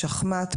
שחמט,